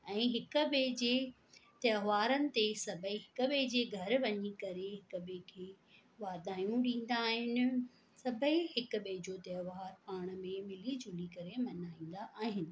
ऐं हिक ॿिए जे त्योहारनि ते सभेई हिक ॿिए जे घर वञी करे हिक ॿिए वाधायूं ॾींदा आहिनि सभेई हिक ॿिए जो त्योहार पाण में मिली जुली करे मल्हाईंदा आहिनि